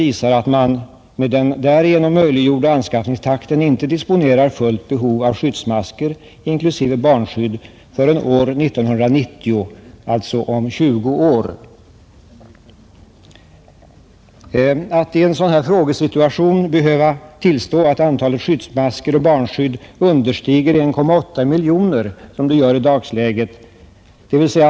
Departementschefen har visserligen tillmötesgått civilförsvarsstyrelsens näst högsta anskaffnings plan genom rekommenderad omfördelning av civilförsvarsstyrelsens beställningsbemyndiganden, varvid dock andra materielgruppers anskaffning eftersättes. Officiella redogörelser visar emellertid att man med den för dagen aktuella anskaffningstakten inte disponerar behövligt antal skyddsmasker, inklusive 14 procent barnskydd, förrän år 1990.